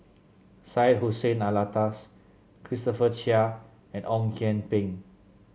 Syed Hussein Alatas Christopher Chia and Ong Kian Peng